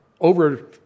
over